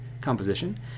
composition